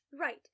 Right